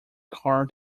car